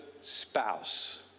spouse